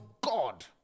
God